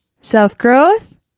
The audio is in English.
self-growth